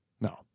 No